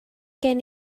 gen